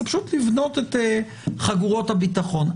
זה לבנות את חגורות הביטחון.